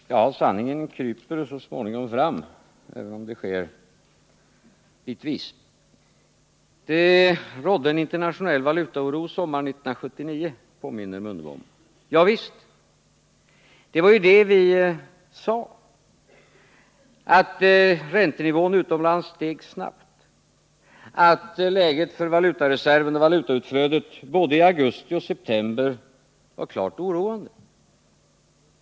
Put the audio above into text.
Fru talman! Ja, sanningen kryper så småningom fram, även om det sker bitvis. Det rådde en internationell valutaoro 1979 — det påminner Ingemar Mundebo om. Ja visst, det var ju det vi sade, att räntenivån utomlands steg snabbt och att läget för valutareserven och valutautflödet både i augusti och i september var klart oroande.